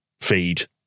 feed